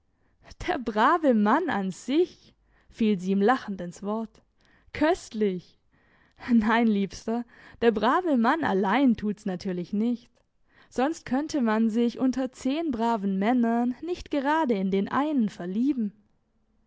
sich der brave mann an sich fiel sie ihm lachend ins wort köstlich nein liebster der brave mann allein tut's natürlich nicht sonst könnte man sich unter zehn braven männern nicht gerade in den einen verlieben